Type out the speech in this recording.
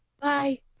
Bye